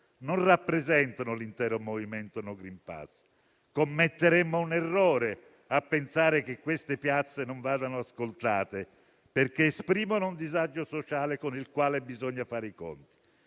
non rappresentano l'intero movimento no *green pass*. Commetteremmo un errore a pensare che queste piazze non vadano ascoltate, perché esprimono un disagio sociale con il quale bisogna fare i conti.